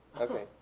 Okay